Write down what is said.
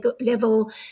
level